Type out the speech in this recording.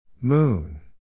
Moon